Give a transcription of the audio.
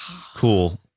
cool